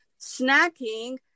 snacking